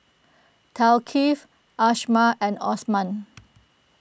Thaqif Ashraff and Osman